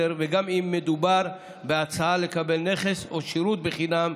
וגם אם מדובר בהצעה לקבלת נכס או שירות בחינם,